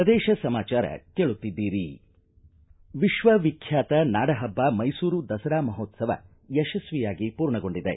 ಪ್ರದೇಶ ಸಮಾಚಾರ ಕೇಳುತ್ತಿದ್ದೀರಿ ವಿಕ್ವ ವಿಖ್ಯಾತ ನಾಡಹಬ್ಬ ಮೈಸೂರು ದಸರಾ ಮಹೋತ್ಸವ ಯಶಸ್ವಿಯಾಗಿ ಪೂರ್ಣಗೊಂಡಿದೆ